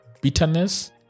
bitterness